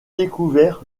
découvert